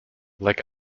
like